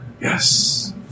Yes